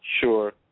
Sure